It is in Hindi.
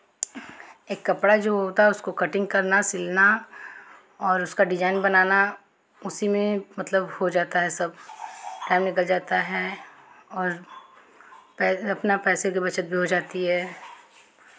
एक कपड़ा जो होता है उसको कटिंग करना सिलना और उसका डिज़ाइन बनाना उसी में मतलब हो जाता है सब टाइम निकाल जाता है और पै अपना पैसे का बचत भी हो जाती है